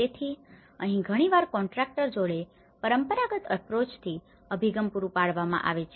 તેથી અહીં ઘણીવાર કોન્ટ્રાકટર જોડે પરંપરાગત અપ્રોચથી approach અભિગમ પૂરું કરવામાં આવે છે